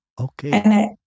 Okay